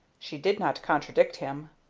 she did not contradict him.